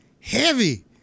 heavy